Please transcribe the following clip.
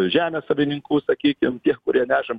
žemės savininkų sakykim tie kurie nešam